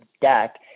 deck